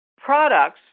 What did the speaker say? products